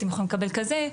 אתם יכולים לקבל כזה',